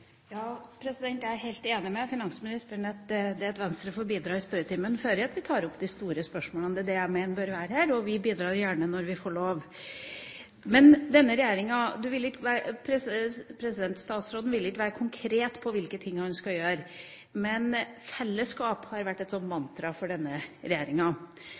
at vi tar opp de store spørsmålene. Det er det jeg mener vi bør gjøre her, og vi bidrar gjerne når vi får lov. Statsråden vil ikke være konkret på hvilke ting han skal gjøre, men fellesskap har vært et slags mantra for denne regjeringa.